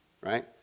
right